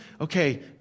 okay